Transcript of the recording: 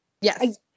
Yes